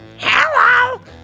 Hello